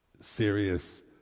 serious